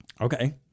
Okay